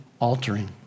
altering